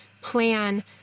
plan